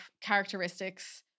characteristics